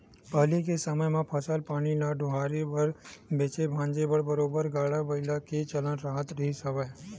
पहिली के समे म फसल पानी ल डोहारे बर बेंचे भांजे बर बरोबर गाड़ा बइला के ही चलन राहत रिहिस हवय